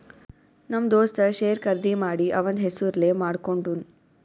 ನಮ್ ದೋಸ್ತ ಶೇರ್ ಖರ್ದಿ ಮಾಡಿ ಅವಂದ್ ಹೆಸುರ್ಲೇ ಮಾಡ್ಕೊಂಡುನ್